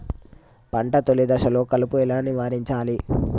పంట తొలి దశలో కలుపు ఎలా నివారించాలి?